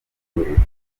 mitegurire